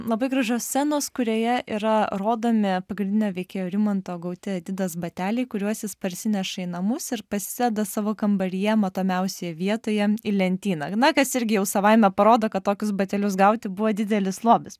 labai gražios scenos kurioje yra rodomi pagrindinio veikėjo rimanto gauti adidas bateliai kuriuos jis parsineša į namus ir pasideda savo kambaryje matomiausioje vietoje į lentyną na kas irgi jau savaime parodo kad tokius batelius gauti buvo didelis lobis